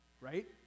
Right